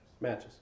Matches